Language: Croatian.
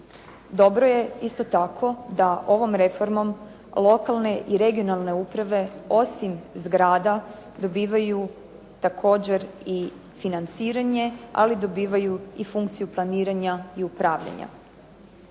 Dobro je isto tako da ovom reformom lokalne i regionalne uprave, osim zgrada dobivaju također i financiranje, ali i dobivaju i funkciju planiranja i upravljanja.